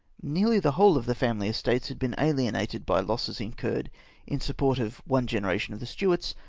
nearly the whole of the family estates had been ahenated by losses incurred in support of one generation of the stuarts,